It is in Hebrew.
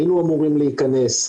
היינו אמורים להיכנס,